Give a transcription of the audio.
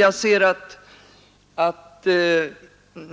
Jag ser att